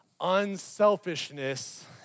unselfishness